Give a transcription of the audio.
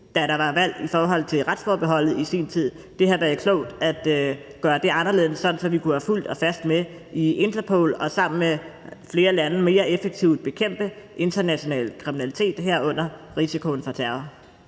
tid var afstemning om retsforbeholdet. Det havde været klogt at gøre det anderledes, så vi kunne have været helt og fuldt med i Interpol og sammen med flere lande mere effektivt bekæmpe international kriminalitet, herunder risikoen for terror.